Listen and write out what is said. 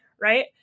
right